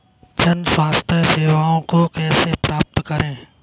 जन स्वास्थ्य सेवाओं को कैसे प्राप्त करें?